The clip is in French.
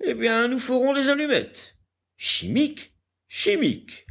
eh bien nous ferons des allumettes chimiques chimiques